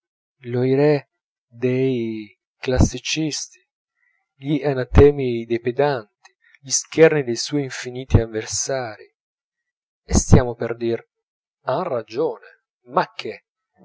ire dei classicisti gli anatemi dei pedanti gli scherni dei suoi infiniti avversarii e stiamo per dir han ragione ma che